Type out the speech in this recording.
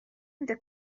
میده